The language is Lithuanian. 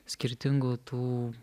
skirtingų tų